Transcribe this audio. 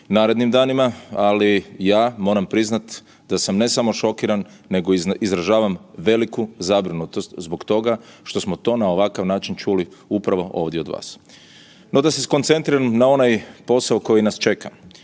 narednim danima, ali ja moram priznati da sam ne samo šokiran nego izražavam veliku zabrinutost zbog toga što smo to na ovakav način čuli upravo ovdje od vas. No, da se skoncentriramo na onaj posao koji nas čeka.